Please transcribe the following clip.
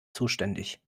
zuständig